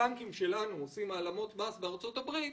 כדי שהציבור יהיה רגוע שאם בנקים שלנו עושים העלמות מס בארצות הברית